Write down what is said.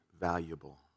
valuable